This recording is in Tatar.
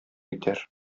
итәр